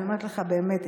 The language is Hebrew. אני אומרת לך באמת,